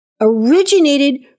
originated